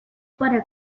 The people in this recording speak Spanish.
para